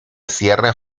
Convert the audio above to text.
cierre